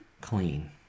clean